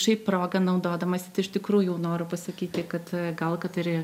šiaip proga naudodamasi tai iš tikrųjų noriu pasakyti kad gal kad ir